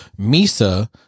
Misa